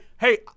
Hey